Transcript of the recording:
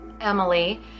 Emily